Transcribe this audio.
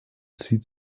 zieht